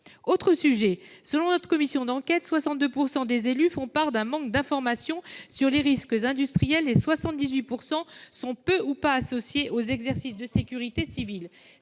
Autre problème, selon la commission d'enquête, « 62 % des élus font part d'un manque d'information sur les risques industriels et 78 % sont peu ou pas associés aux exercices de sécurité civile